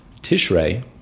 Tishrei